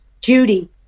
Judy